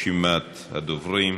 לרשימת הדוברים.